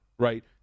Right